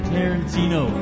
Tarantino